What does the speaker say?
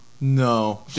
No